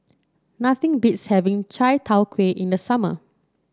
nothing beats having Chai Tow Kuay in the summer